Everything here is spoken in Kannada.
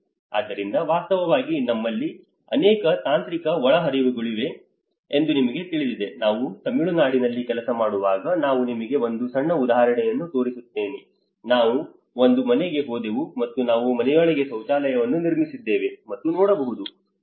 ಆದ್ದರಿಂದ ವಾಸ್ತವವಾಗಿ ನಮ್ಮಲ್ಲಿ ಅನೇಕ ತಾಂತ್ರಿಕ ಒಳಹರಿವುಗಳಿವೆ ಎಂದು ನಿಮಗೆ ತಿಳಿದಿದೆ ನಾವು ತಮಿಳುನಾಡಿನಲ್ಲಿ ಕೆಲಸ ಮಾಡುವಾಗ ನಾನು ನಿಮಗೆ ಒಂದು ಸಣ್ಣ ಉದಾಹರಣೆಯನ್ನು ತೋರಿಸುತ್ತೇನೆ ನಾವು ಒಂದು ಮನೆಗೆ ಹೋದೆವು ಮತ್ತು ನಾವು ಮನೆಯೊಳಗೆ ಶೌಚಾಲಯವನ್ನು ನಿರ್ಮಿಸಿದ್ದೇವೆ ಮತ್ತು ನೋಡಬಹುದು